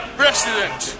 president